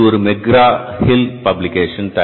இது ஒரு McGraw Hill publication